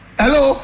hello